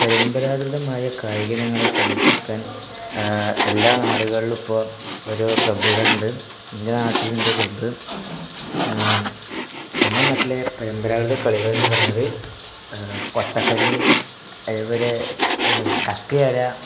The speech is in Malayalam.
പരമ്പരാഗതമായ കായികയിനങ്ങളെ സംരക്ഷിക്കാൻ എല്ലാ ആളുകളിലും ഇപ്പോൾ ഒരു ക്ലബുകളുണ്ട് എൻ്റെ നാട്ടിലുണ്ട് ക്ലബ് ഞങ്ങളുടെ നാട്ടിലെ പരമ്പരാഗത കളികളെന്നു പറയണത് കൊത്തക്കല്ല് അതേപോലെ കക്കയാടുക